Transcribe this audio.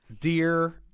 dear